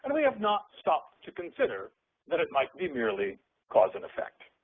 and we have not stopped to consider that it might be merely cause and effect.